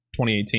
2018